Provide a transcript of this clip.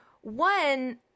one